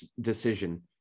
decision